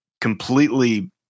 completely